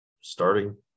starting